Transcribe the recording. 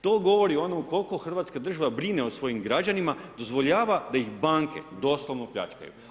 To govori koliko Hrvatska država brine o svojim građanima, dozvoljava da ih banke doslovno pljačkaju.